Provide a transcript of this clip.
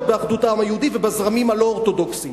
באחדות העם היהודי ובזרמים הלא-אורתודוקסיים.